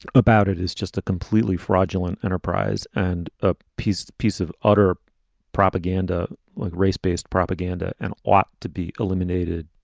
about it, is just a completely fraudulent enterprise and a piece piece of utter propaganda like race based propaganda and ought to be eliminated.